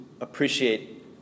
appreciate